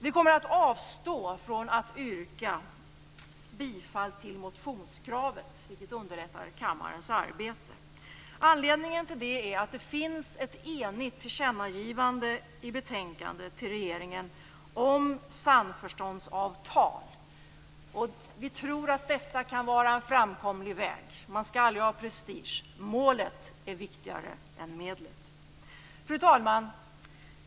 Vi avstår från att yrka bifall till motionskravet, vilket underlättar kammarens arbete. Anledningen till det är att det finns ett enigt tillkännagivande till regeringen om samförståndsavtal. Vi tror att detta kan vara en framkomlig väg. Man skall aldrig ha prestige. Målet är viktigare än medlet. Fru talman!